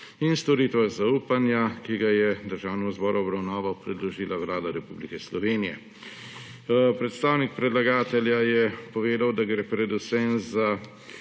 in storitvah zaupanja, ki ga je Državnemu zboru v obravnavo predložila Vlada Republike Slovenije. Predstavnik predlagatelja je povedal, da gre predvsem za